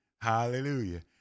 hallelujah